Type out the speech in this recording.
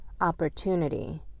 opportunity